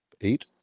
Eight